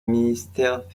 ministère